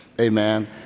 Amen